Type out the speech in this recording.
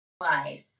life